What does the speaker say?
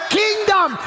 kingdom